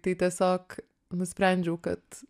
tai tiesiog nusprendžiau kad